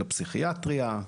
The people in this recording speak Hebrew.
לפסיכיאטריה,